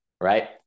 right